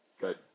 good